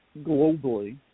globally